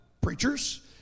preachers